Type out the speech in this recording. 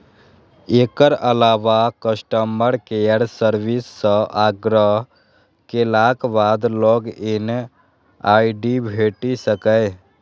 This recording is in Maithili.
एकर अलावा कस्टमर केयर सर्विस सं आग्रह केलाक बाद लॉग इन आई.डी भेटि सकैए